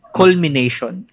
culmination